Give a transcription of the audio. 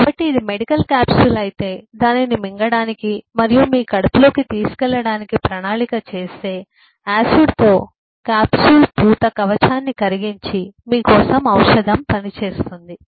కాబట్టి ఇది medical capsule అయితే దానిని మింగడానికి మరియు మీ కడుపులోకి తీసుకెళ్లడానికి ప్రణాళిక చేస్తే యాసిడ్తో క్యాప్సూల్ పూత కవచాన్ని కరిగించి మీ కోసం ఔషధం పని చేస్తుంది